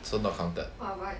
so not counted